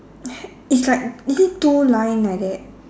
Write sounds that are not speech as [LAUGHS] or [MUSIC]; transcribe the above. [LAUGHS] is like is it two line like that